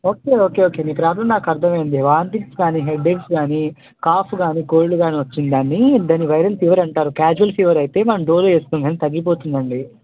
okay okay okay మీ problem నాకు అర్థమైంది వాంటింగ్స్ నీ హెడేక్ కానీ కఫ్ కానీ కోల్డ్ కానీ వచ్చిందాన్ని దాన్ని వైరల్ ఫీవర్ అంటారు క్యాజువల్ ఫీవర్ అయితే మనం డోలో వేసుకోగానే తగ్గిపోతుంది అండి